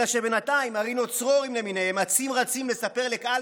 אלא שבינתיים הרינו-צרורים למיניהם אצים-רצים לספר לקהל